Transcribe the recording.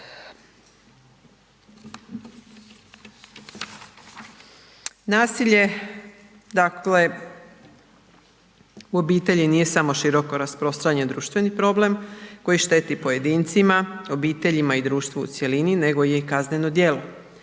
dakle u obitelji nije samo široko rasprostranjeni društveni problem koji šteti pojedincima, obiteljima i društvu u cjelini, nego je i kazneno djelo.